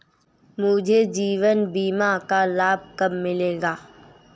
मुझे जीवन बीमा का लाभ कब मिलेगा?